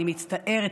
אני מצטערת,